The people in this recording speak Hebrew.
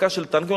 מחלקה של טנקים.